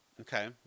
Okay